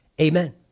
Amen